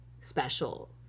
special